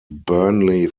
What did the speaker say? burnley